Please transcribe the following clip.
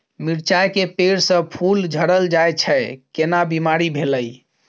मिर्चाय के पेड़ स फूल झरल जाय छै केना बीमारी भेलई?